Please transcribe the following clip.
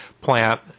plant